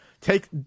take